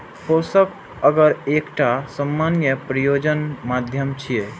पोषक अगर एकटा सामान्य प्रयोजन माध्यम छियै